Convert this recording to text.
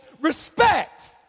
Respect